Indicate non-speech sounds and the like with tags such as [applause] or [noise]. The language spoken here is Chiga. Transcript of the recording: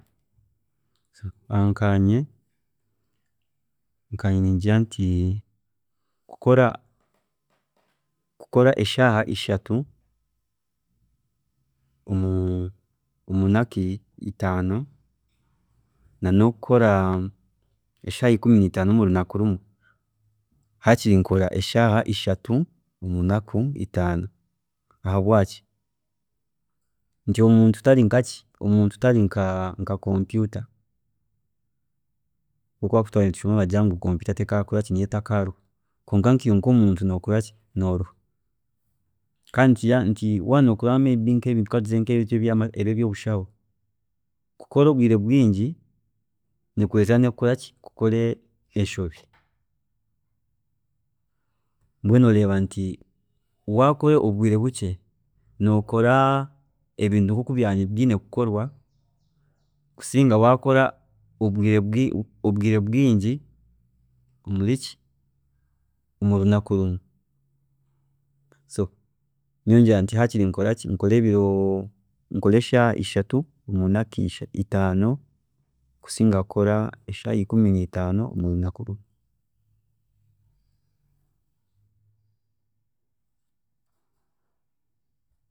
[hesitation] Nkaanye nkaanye ningira nti kukora kukora eshaaha ishatu omu- omu naku itaana na nokukora eshaaha ikumi nitaano omu runaku rumwe hakiri nkora eshaaha ishatu omu naku itaano, ahabwaaki nti omuntu tari nka ki, omuntu tari nka computer, obu twabiire nitushoma bakaba bagira nti computer nito etakaaruha kwonka nkiiwe nkomuntu noruha kandi kukora obwiire bwingi nikikureetera kukora enshobi, mbwenu oreeba nti wakora obwiire bukye nokora ebintu nkoku byaaba byiine kukorwa kusinga wakora obwiire bwingi omu runaku rumwe nyowe ngira nti hakiri nkore eshaaha ishatu omu naku itaano kukira kukora eshaaha ikumi niitaano omu runaku rumwe.